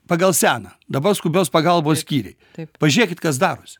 pagal seną dabar skubios pagalbos skyriai pažiūrėkit kas darosi